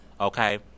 Okay